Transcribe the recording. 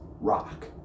rock